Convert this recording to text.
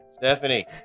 Stephanie